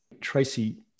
Tracy